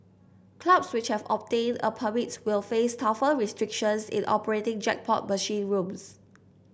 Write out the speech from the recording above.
clubs which have obtained a permit will face tougher restrictions in operating jackpot machine rooms